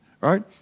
Right